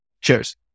Cheers